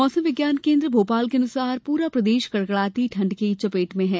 मौसम विज्ञान केन्द्र भोपाल के अनुसार पूरा प्रदेश कड़कडाती ठंड की चपेट में है